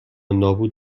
نابود